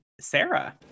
Sarah